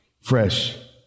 fresh